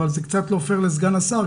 אבל זה קצת לא פייר לסגן השר,